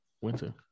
winter